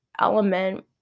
element